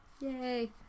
Yay